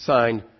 Signed